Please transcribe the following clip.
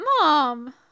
Mom